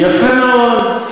יפה מאוד.